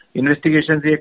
investigations